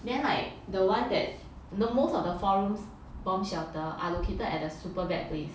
then like the one that the most of the four room's bomb shelter are located at the super bad place